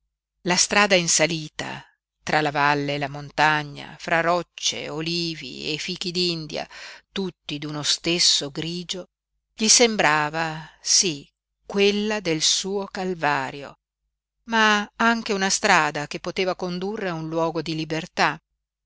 la strada in salita tra la valle e la montagna fra rocce olivi e fichi d'india tutti d'uno stesso grigio gli sembrava sí quella del suo calvario ma anche una strada che poteva condurre a un luogo di libertà